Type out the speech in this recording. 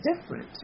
different